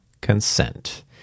consent